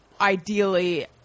ideally